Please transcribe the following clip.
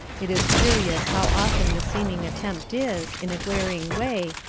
it is curious how often the seeming attempt is, in a glaring way,